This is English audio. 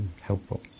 helpful